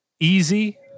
Easy